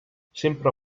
sempre